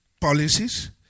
policies